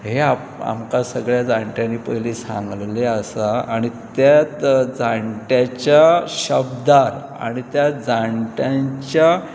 हे आमकां सगळ्या जाणट्यांनी पयलीं सांगलेले आसा आनी त्या जाणट्याच्या शब्दार आनी त्या जाणट्यांच्या